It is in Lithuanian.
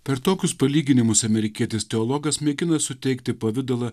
per tokius palyginimus amerikietis teologas mėgina suteikti pavidalą